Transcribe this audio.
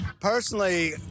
Personally